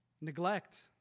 Neglect